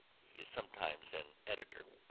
he is sometimes an editor.